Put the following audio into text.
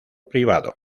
privado